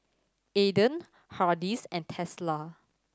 Aden Hardy's and Tesla